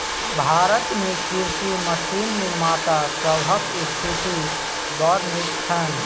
भारत मे कृषि मशीन निर्माता सभक स्थिति बड़ नीक छैन